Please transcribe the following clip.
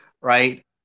right